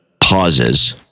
pauses